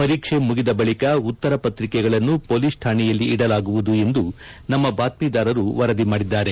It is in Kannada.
ಪರೀಕ್ಷೆ ಮುಗಿದ ಬಳಿಕ ಉತ್ತರ ಪತ್ರಿಕೆಗಳನ್ನು ಮೊಲೀಸ್ ಕಾಣೆಯಲ್ಲಿ ಇಡಲಾಗುವುದು ಎಂದು ನಮ್ಮ ಬಾತ್ಮೀದಾರರು ವರದಿ ಮಾಡಿದ್ದಾರೆ